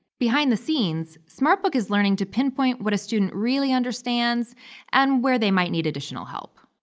behind the scenes smartbook is learning to pinpoint what a student really understands and where they might need additional help.